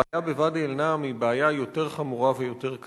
הבעיה בוואדי-אל-נעם היא בעיה יותר חמורה ויותר קשה.